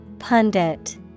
Pundit